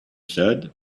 said